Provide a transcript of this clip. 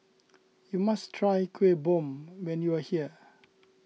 you must try Kuih Bom when you are here